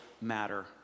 matter